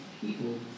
people